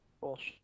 Bullshit